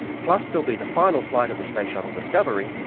plus there'll be the final flight of the space shuttle discovery,